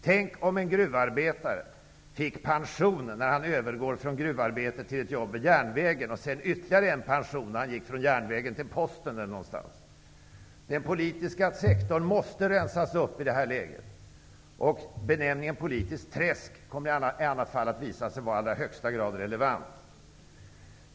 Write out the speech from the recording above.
Tänk om en gruvarbetare fick pension när han övergår från gruvarbete till ett jobb vid järnvägen och sedan ytterligare en när han övergår till posten eller något annat! Den politiska sektorn måste rensas upp i det här läget. Benämningen politiskt träsk kommer annars att visa sig vara i allra högsta grad relevant.